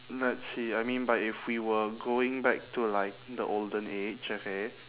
let's see I mean by if we were going back to like the olden age okay